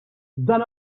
dan